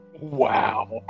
Wow